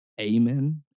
Amen